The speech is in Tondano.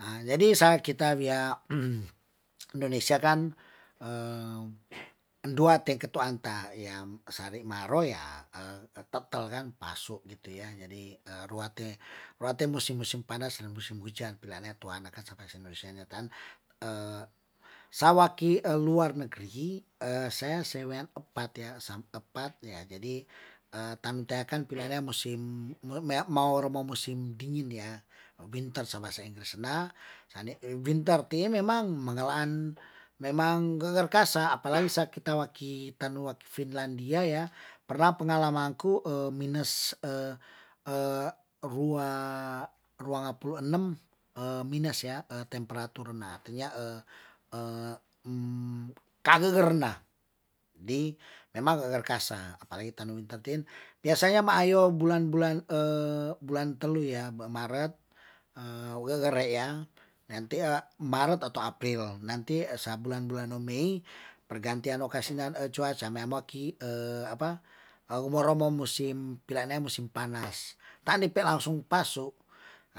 Jadi sakita wia indonesia kan dua te katu an ta sa ri maro ya, te'tel kan, pasu gitu ya jadi rua te, rua te musim- musim panas musim hujan pilane tuana kan sawaki luar negeri saya sa wean epat ya epat jadi tanda kan pilanea kan musim mea mau ro mo musim dingin ya, winter sa bahasa inggris na, winter tin memang mengelan memang geger kasa apalagi saki ta waki tanua ki finlandia ya, pernah pengalaman ku mines rua ngapulu enam mines ya temperaturnya kagegerna di memang geger kasa apalagi tanu winter tin, biasanya ma ayo bulan bulan telu ya, maret gegere ya nanti maret atau april nanti sa bulan bulan mei pergantian oka sinan cuaca mea mo ki apa ge mo romo musim pilanea musim panas tanipe langsung pasu,